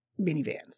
minivans